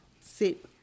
sit